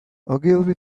ogilvy